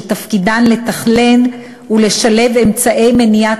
שתפקידן לתכנן ולשלב אמצעי מניעה